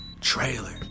trailer